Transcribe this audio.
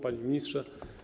Panie Ministrze!